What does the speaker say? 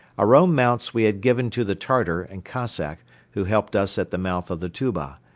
our own mounts we had given to the tartar and cossack who helped us at the mouth of the tuba,